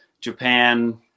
Japan